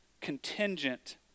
contingent